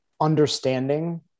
understanding